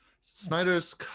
Snyder's